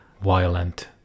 violent